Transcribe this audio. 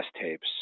tapes